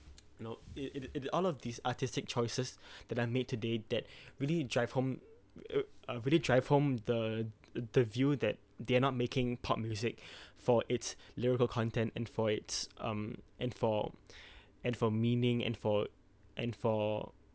you know it it it all of these artistic choices that are made today that really drive home ugh uh really drive home the the the view that they are not making pop music for its lyrical content and for its um and for and for meaning and for and for